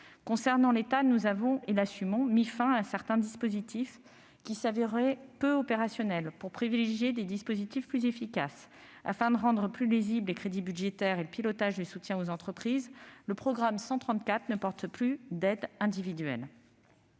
Concernant l'État, nous assumons avoir mis fin à certains dispositifs qui s'avéraient peu opérationnels pour privilégier des outils plus efficaces. Afin de rendre plus lisibles les crédits budgétaires et le pilotage du soutien aux entreprises, le programme 134 ne porte plus d'aides individuelles.